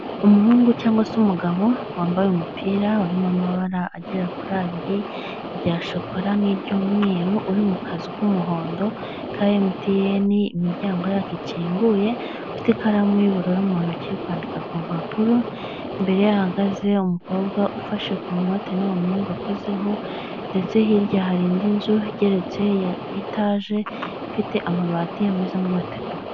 Umuhungu cyangwa se umugabo wambaye umupira uri mu mabara agera kuri abiri rya shokora n'iry'umweru, uri mu kazu k'umuhondo ka Emutiyene imiryango yako ikinguye, ufite ikaramu y'uburu y'umuntu ari kwandika ku mpapuro, imbere ye hahagaze umukobwa ufashe ku note n'uwo muhungu akozeho, ndetse hirya hari indi nzu igereretse ya etaje ifite amabati ameze nk'amategura.